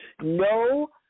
no